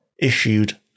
issued